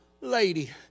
lady